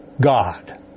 God